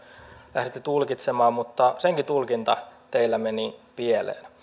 lähditte tulkitsemaan mutta senkin tulkinta teillä meni pieleen